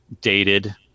dated